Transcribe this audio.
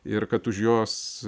ir kad už jos